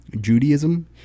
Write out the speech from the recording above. Judaism